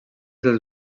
dels